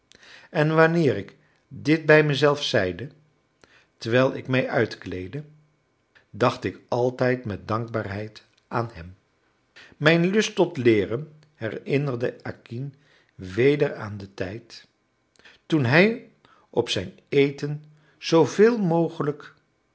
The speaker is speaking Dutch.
en wanneer ik dit bij mezelf zeide terwijl ik mij uitkleedde dacht ik altijd met dankbaarheid aan hem mijn lust tot leeren herinnerde acquin weder aan den tijd toen hij op zijn eten zooveel mogelijk